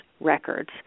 records